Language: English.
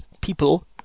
people